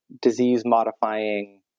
disease-modifying